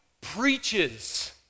preaches